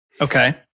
Okay